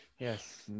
Yes